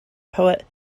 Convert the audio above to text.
poet